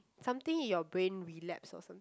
something in your brain relapse or some